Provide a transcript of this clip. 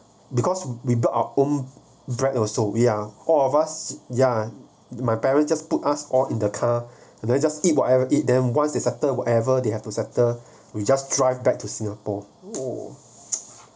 because we brought our own bread also ya all of us ya my parents just put us all in the car and then just eat whatever eat them once they settle whatever they have to settle we just drive back to singapore !whoa!